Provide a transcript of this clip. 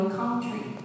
country